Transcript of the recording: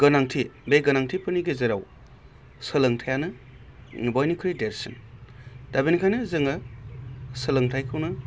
गोनांथि बे गोनांथिफोरनि गेजेराव सोलोंथाइयानो बयनिख्रुइ देरसिन दा बेनिखायनो जोङो सोलोंथायखौनो